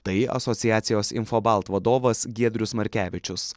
tai asociacijos infobalt vadovas giedrius markevičius